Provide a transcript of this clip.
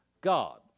God